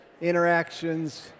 interactions